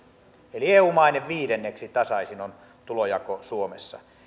eli eu maiden viidenneksi tasaisin on tulonjako suomessa